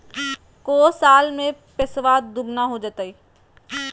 को साल में पैसबा दुगना हो जयते?